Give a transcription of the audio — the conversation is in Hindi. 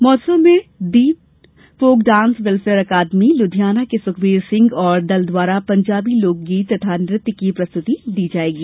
महोत्सव में Deep folk dance welfare academy Ludhiana के सुखबीर सिंह और दल द्वारा पंजाबी लोकगीत तथा नृत्य की प्रस्तुति होगी